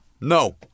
No